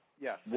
yes